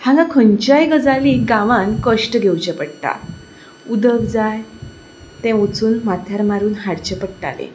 हांगा खंयच्याय गजालीक गांवांत कश्ट घेवचे पडटा उदक जाय तें वचून माथ्यार मारून हाडचें पडटालें